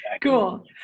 Cool